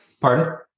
Pardon